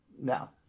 No